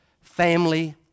family